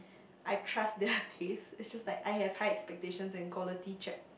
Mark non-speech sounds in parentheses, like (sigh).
I trust their (breath) taste it's just that I have high expectations and quality check